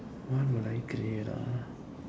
what will I create ah